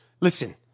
Listen